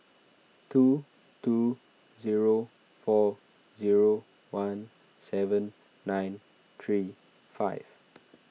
two two zero four zero one seven nine three five